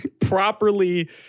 properly